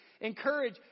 Encourage